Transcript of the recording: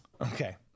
Okay